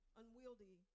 unwieldy